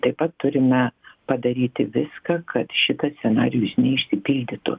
taip pat turime padaryti viską kad šitas scenarijus neišsipildytų